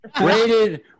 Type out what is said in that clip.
Rated